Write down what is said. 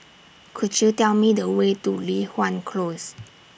Could YOU Tell Me The Way to Li Hwan Close